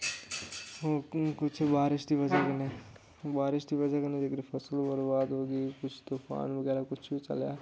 होर कुछ बारिश दी बजह कन्नै बारिश दी बजह कन्नै जेह्ड़ी फसल होर बरबाद होआ दी कुछ तूफान बगैरा कुछ बी चलेया